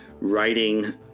writing